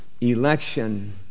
Election